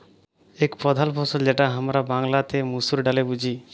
এক প্রধাল ফসল যেটা হামরা বাংলাতে মসুর ডালে বুঝি